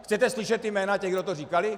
Chcete slyšet jména těch, kdo to říkali?